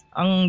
ang